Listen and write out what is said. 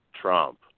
Trump